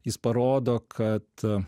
jis parodo kad